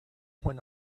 when